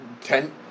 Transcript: Ten